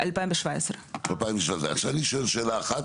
2017. 2017, עכשיו אני שואל שאלה אחת